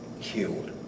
killed